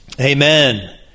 Amen